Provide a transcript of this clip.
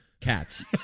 cats